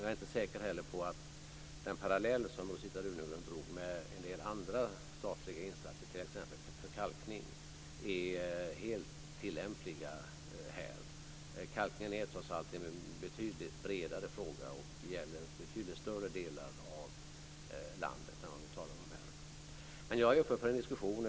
Jag är inte heller säker på att den parallell som Rosita Runegrund drog med en del andra statliga insatser, t.ex. för kalkning, är helt tillämplig här. Kalkningen är trots allt en betydligt bredare fråga och gäller betydligt större delar av landet än vad vi talar om här. Jag är öppen för en diskussion.